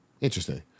interesting